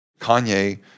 Kanye